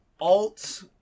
alt